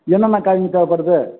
என்னென்ன காய்ங்கள் தேவைப்படுது